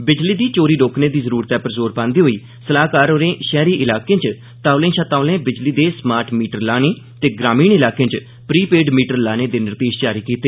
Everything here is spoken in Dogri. बिजली दी चोरी रोकने दी जरूरतै पर जोर पांदे होई सलाहकार होरे पैहरी इलाके च तौले षा तौले बिजली दे स्मार्ट मीटर लाने ते ग्रामीण इलाकें च प्री पेड मीटर लाने दे निर्देष जारी कीते